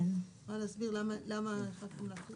את יכולה להסביר למה החלטתם להחריג את זה?